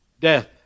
death